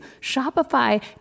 Shopify